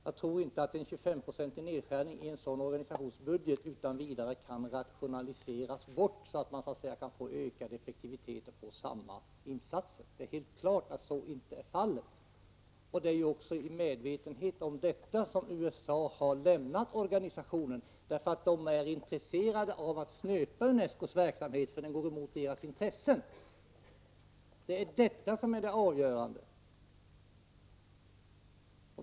Jag tror inte att 25 20 nedskärning av en sådan organisations budget utan vidare innebär rationaliseringar så att man kan få en ökad effektivitet med samma insatser. Det är klart att så inte är fallet. Det är också medvetenhet om detta som gjort att USA lämnat organisationen. USA är intresserat av att snröpa UNESCO:s verksamhet, för den går emot USA:s intressen. Detta är det avgörande.